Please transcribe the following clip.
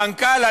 המנכ"ל,